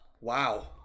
Wow